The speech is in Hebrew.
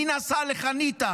מי נסע לחניתה,